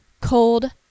cold